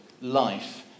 life